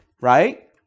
Right